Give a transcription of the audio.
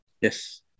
Yes